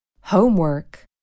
Homework